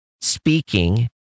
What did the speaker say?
speaking